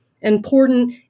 important